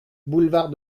boulevard